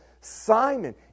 Simon